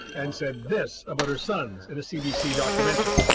and said this about her son in a cbc documentary.